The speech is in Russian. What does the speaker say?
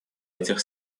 этих